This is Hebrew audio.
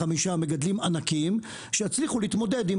חמישה מגדלים ענקיים שיצליחו להתמודד עם